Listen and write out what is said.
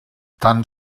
tan